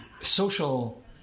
social